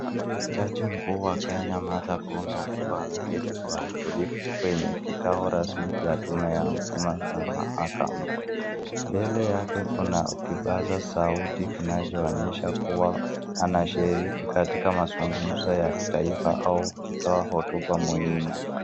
Jaji mkuu wa Kenya Martha Koome akiwa ameketi kwa utulivu kwenye kikao rasmi cha tume yao ya utuma ya mahakama. Mbele yake kuna kibaza sauti kinachoonyesha kuwa anashiriki katika mazungumzo ya kitaifa au kutoa hotuba muhimu.